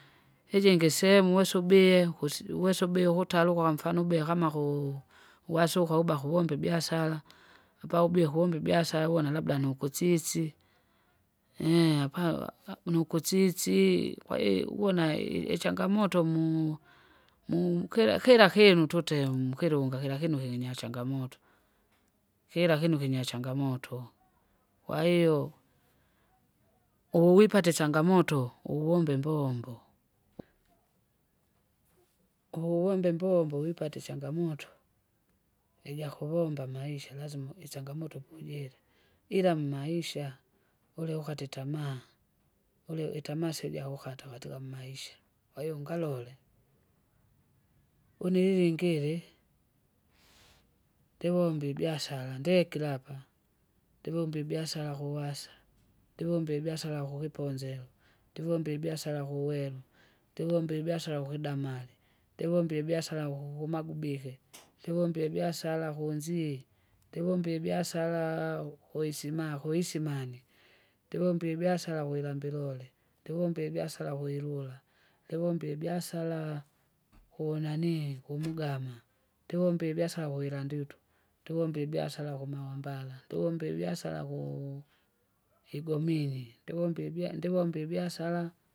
Ijingi sehemu wesubihe wusi- wesubihe ukutaruka kwamfano ubihe kama ku- wasuka uba kuvomba ibiasara, apaubie kuvomba ibiasara uvona labda nukusisi, apa- ua- anukutsisi kwahiyo ukona i- ichangamoto mu- mukila kila kinu tutem- kilunga kila kinu kinyachangamoto. Kila kinu kinya changamoto, kwahiyo uwu wipate changamoto, uvuvombe imbombo. Uvuvomba wipate changamoto, ijakuvomba maisha lazima ichangamoto pujire, ila mmaisha, uliukate tamaa, uli itamaa sijakukata katika maisha, kwahiyo ungalole. Une ilingi ili; ndivomba ibiasala ndikila apa, ndivombe ibiasara kuwasa, ndivombe ibiasara kukiponzero, ndovombe ibiasara kuwen, ndivombe ibiasara kukidamale, ndivombe ibiasala ku- kumagubike, ndivombe ibiasara kunzii, ndivombe ibiasara! kuisimako kuisimani, ndivomba ibiasara kuilambilole, ndivomba ibiasara kuilula, ndivombe ibiasara! kunanii kumgama, ndivombe ibiasala kuilandyutu, ndivombe ibiasara kumawambala, ndivombe ibiasara ku- igominye, ndivombe ibia- ndivombe ibiasara.